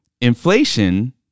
inflation